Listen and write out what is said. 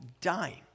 dying